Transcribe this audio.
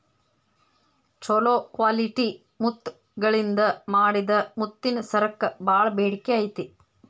ಚೊಲೋ ಕ್ವಾಲಿಟಿ ಮುತ್ತಗಳಿಂದ ಮಾಡಿದ ಮುತ್ತಿನ ಸರಕ್ಕ ಬಾಳ ಬೇಡಿಕೆ ಐತಿ